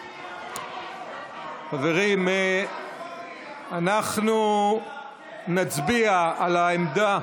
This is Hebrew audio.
חברים, אנחנו נצביע על העמדה